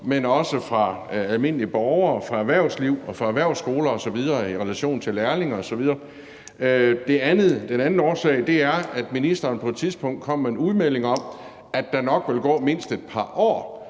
men også fra almindelige borgere, fra erhvervsliv og fra erhvervsskoler og i relation til lærlinge osv. Den anden årsag er, at ministeren på et tidspunkt kom med en udmelding om, at der nok ville gå mindst et par år,